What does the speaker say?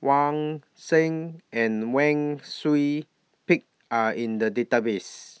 Wah Siang and Wang Sui Pick Are in The Database